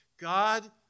God